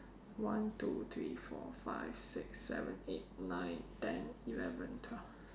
one two three four five six seven eight nine ten eleven twelve